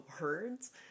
words